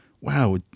Wow